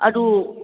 ꯑꯗꯨ